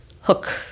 hook